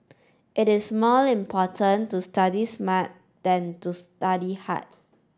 it is more important to study smart than to study hard